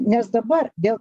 nes dabar dėl